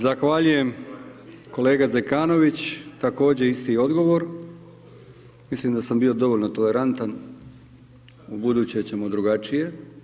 Zahvaljujem, kolega Zekanović, također isti odgovor, mislim da sam bio dovoljno tolerantan, ubuduće ćemo drugačije.